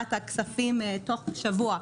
ועדת הכספים, תוך שבוע.